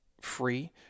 free